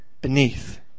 Beneath